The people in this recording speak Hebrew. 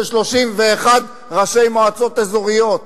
ש-31 ראשי מועצות אזוריות,